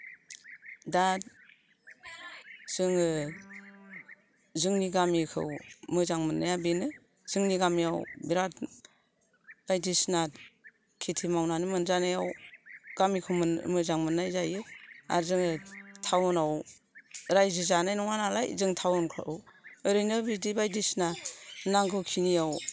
दा जोङो जोंनि गामिखौ मोजां मोननाया बेनो जोंनि गामियाव बिराद बायदिसिना खेथि मावनानै मोनजानायाव गामिखौमो मोजां मोननाय जायो आर जोङो टावनाव राज्यो जानाय नङा नालाय जों टावनखौ ओरैनो बिदि बायदिसिना नांगौखिनियाव